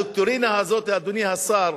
הדוקטרינה הזאת, אדוני השר,